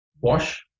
wash